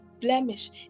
blemish